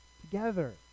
together